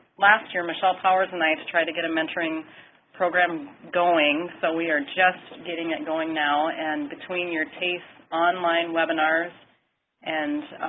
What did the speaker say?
last year, michelle powers and i tried to get a mentoring program going, so we are just getting it going now and between your taese online webinars and